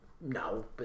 No